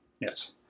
Yes